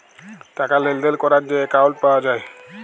টাকা লেলদেল ক্যরার যে একাউল্ট পাউয়া যায়